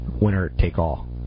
winner-take-all